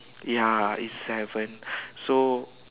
ya it's seven so